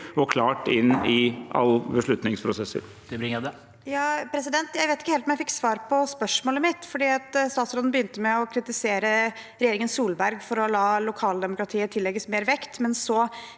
og klart inn i alle beslutningsprosesser. Mathilde Tybring-Gjedde (H) Jeg vet ikke helt om jeg fikk svar på spørsmålet mitt. Statsråden begynte med å kritisere regjeringen Solberg for å la lokaldemokratiet tillegges mer vekt,